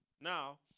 Now